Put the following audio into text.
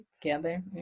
together